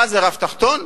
מה זה רף תחתון?